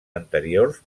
anteriors